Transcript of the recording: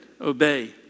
obey